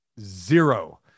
Zero